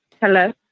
Hello